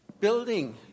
building